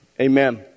Amen